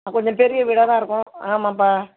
ஆ கொஞ்சம் பெரிய வீடாக தான் இருக்கும் ஆமாம்ப்பா